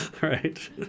right